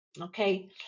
Okay